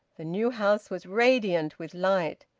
the new house was radiant with light.